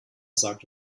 sagt